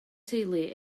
teulu